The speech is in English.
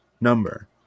number